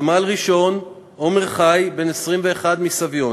סמל-ראשון עומר חי, בן 21, מסביון,